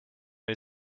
les